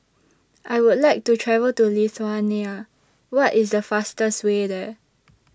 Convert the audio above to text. I Would like to travel to Lithuania What IS The fastest Way There